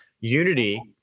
Unity